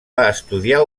estudiar